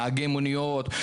נהגי מוניות,